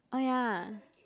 oh ya